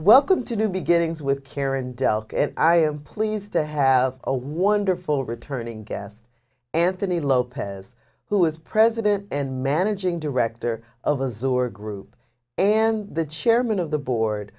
welcome to new beginnings with care and i am pleased to have a wonderful returning guest anthony lopez who is president and managing director of azura group and the chairman of the board